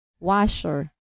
Washer